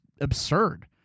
absurd